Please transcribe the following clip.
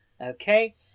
Okay